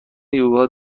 یوگا